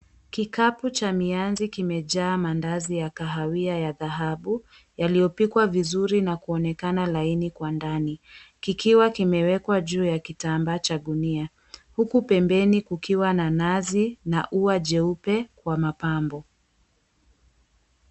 Kikapu cha mianzi kimejaa maandazi ya kahawia ya dhahabu yaliyopikwa vizuri na kuonekana laini kwa ndani. Kikiwa kimewekwa juu ya kitambaa cha gunia, huku pembeni kukiwa na nazi na ua jeupe wa mapambo.